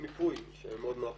מיפוי שמאוד נוח,